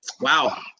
wow